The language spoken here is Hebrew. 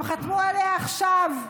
הם חתמו עליה עכשיו,